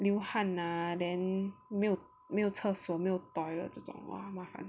流汗 ah then 没有没有厕所没有 toilet 这种哇麻烦